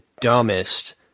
dumbest